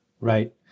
Right